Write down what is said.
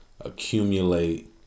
accumulate